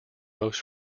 most